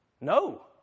No